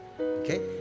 Okay